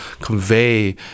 convey